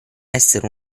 essere